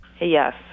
Yes